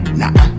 nah